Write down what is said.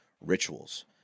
Rituals